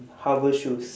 hover shoes